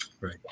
Right